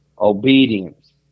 Obedience